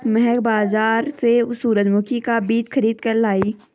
महक बाजार से सूरजमुखी का बीज खरीद कर लाई